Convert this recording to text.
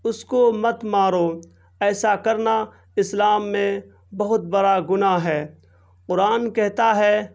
اس کو مت مارو ایسا کرنا اسلام میں بہت بڑا گناہ ہے قرآن کہتا ہے